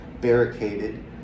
barricaded